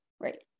Right